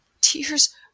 Tears